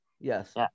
yes